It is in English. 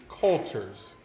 cultures